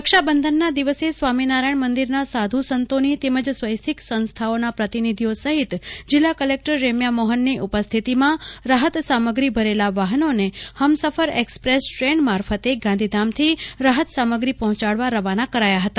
રક્ષાબંધનના દિવસે સ્વામિનારાયણ મંદિરના સાધુ સંતોની તેમજ સ્વેચ્છિક સંસ્થાઓના પ્રતિનિધિઓ સહિત જિલ્લા કલેકટર રેમ્યા મોહનની ઉપસ્થિતિમાં રાહતસામગ્રી ભરેલા વાહનોને હમસફળ એકસપ્રેસ ટ્રેન મારફતે ગાંધીધામથી રાહતસામગ્રી પહોંચાડવા રવાના કરાયાં હતા